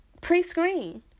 pre-screen